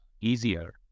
easier